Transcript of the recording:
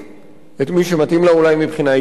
את מי שאולי מתאים לה